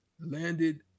Landed